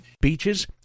Beaches